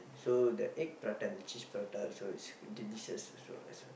so the egg prata and cheese prata also is delicious also as well